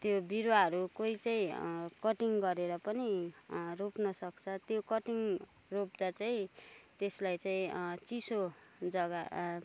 त्यो बिरुवाहरू कोही चाहिँ कटिङ गरेर पनि रोप्नसक्छ त्यो कटिङ रोप्दा चाहिँ त्यसलाई चाहिँ चिसो जग्गा